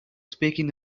speaking